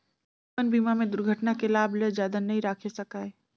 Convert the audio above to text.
जीवन बीमा में दुरघटना के लाभ ल जादा नई राखे सकाये